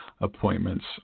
appointments